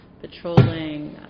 patrolling